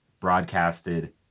broadcasted